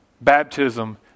baptism